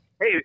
Hey